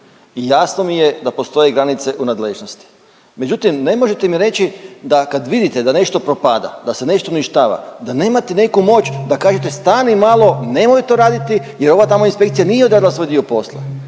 i jasno mi je da postoje granice u nadležnosti. Međutim, ne možete mi reći da kad vidite da nešto propada, da se nešto uništava da nemate neku moć da kažete stani malo nemoj to raditi jer ova tamo inspekcija nije odradila svoj dio posla.